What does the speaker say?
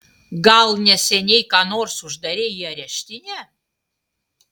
gal neseniai ką nors uždarei į areštinę